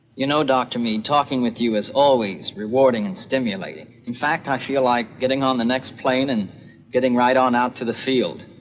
you know, dr. mead, talking with you is always rewarding and stimulating. in fact, i feel like getting on the next plane and getting right on out to the field.